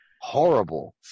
horrible